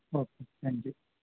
okay thank you